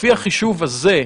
לפי החישוב הזה,